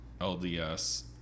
LDS